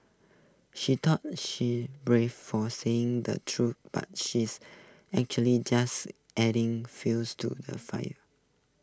she thought she's brave for saying the truth but she's actually just adding fuels to the fire